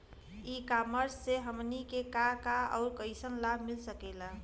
ई कॉमर्स से हमनी के का का अउर कइसन लाभ मिल सकेला?